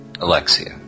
Alexia